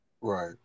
Right